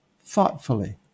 thoughtfully